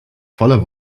voller